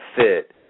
fit